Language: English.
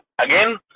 again